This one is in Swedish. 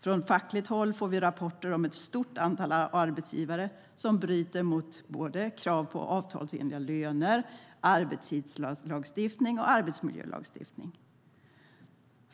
Från fackligt håll får vi rapporter om ett stort antal arbetsgivare som bryter mot krav på avtalsenliga löner, arbetstidslagstiftning och arbetsmiljölagstiftning.